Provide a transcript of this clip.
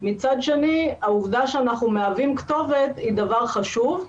מצד שני העובדה שאנחנו מהווים כתובת היא דבר חשוב.